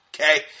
Okay